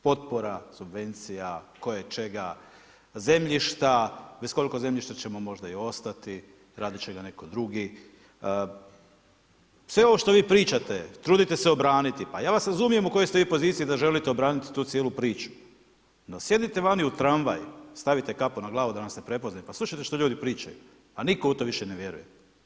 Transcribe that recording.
Potpora, subvencija, koje čega, zemljišta, bez koliko zemljišta ćemo možda i ostati, radit će ga netko drugi, sve ovo što vi pričate, trudite se obraniti pa ja vas razumijem u kojoj ste vi poziciji da želite obraniti tu cijelu priču, no sjednite vani u tramvaj, stavite kapu na glavu da vas ne prepoznaju, slušajte što ljudi pričaju pa nitko u to više ne vjeruje.